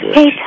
Hey